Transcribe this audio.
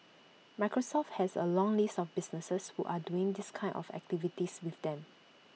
Microsoft has A long list of businesses who are doing these kind of activities with them